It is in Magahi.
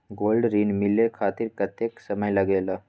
गोल्ड ऋण मिले खातीर कतेइक समय लगेला?